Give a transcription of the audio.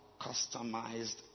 customized